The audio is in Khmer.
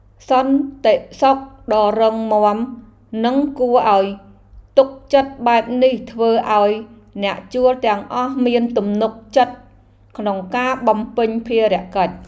សន្តិសុខដ៏រឹងមាំនិងគួរឱ្យទុកចិត្តបែបនេះធ្វើឱ្យអ្នកជួលទាំងអស់មានទំនុកចិត្តក្នុងការបំពេញភារកិច្ច។